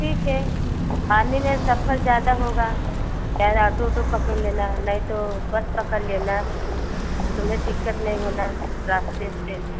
ठीक है आने में सफर ज़्यादा होगा चाहे आटो ओटो पकड़ लेना नही तो बस पकड़ लेना तुम्हें दिक्कत नहीं होना रास्ते ओसते में